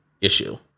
issue